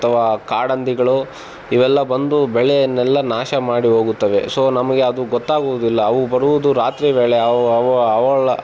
ಅಥವಾ ಕಾಡಂದಿಗಳು ಇವೆಲ್ಲ ಬಂದು ಬೆಳೆಯನ್ನೆಲ್ಲ ನಾಶ ಮಾಡಿ ಹೋಗುತ್ತವೆ ಸೊ ನಮಗೆ ಅದು ಗೊತ್ತಾಗುವುದಿಲ್ಲ ಅವು ಬರುವುದು ರಾತ್ರಿ ವೇಳೆ ಅವು ಅವು ಅವಳ